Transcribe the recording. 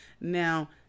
Now